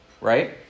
right